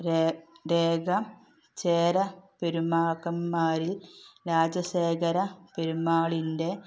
രേഖ രേഖ ചേര പെരുമാക്കന്മാരിൽ രാജശേഖര പെരുമാളിൻ്റെ